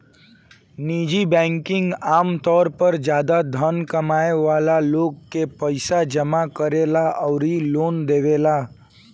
निजी बैंकिंग आमतौर पर ज्यादा धन कमाए वाला लोग के पईसा जामा करेला अउरी लोन देवेला